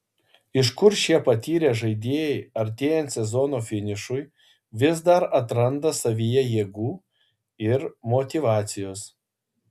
iš kur šie patyrę žaidėjai artėjant sezono finišui vis dar atranda savyje jėgų ir motyvacijos